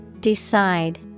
Decide